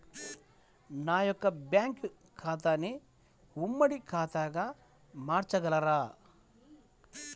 నా యొక్క బ్యాంకు ఖాతాని ఉమ్మడి ఖాతాగా మార్చగలరా?